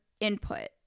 input